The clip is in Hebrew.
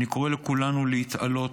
אני קורא לכולנו להתעלות,